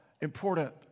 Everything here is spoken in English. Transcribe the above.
important